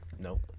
Nope